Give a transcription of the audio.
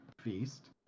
feast